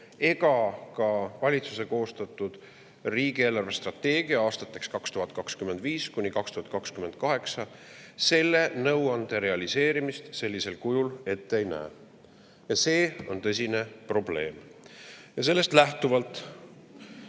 ega ka valitsuse koostatud riigi eelarvestrateegia aastateks 2025–2028 selle nõuande realiseerimist sellisel kujul ette ei näe. See on tõsine probleem. Sellest lähtuvalt